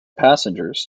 passengers